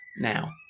Now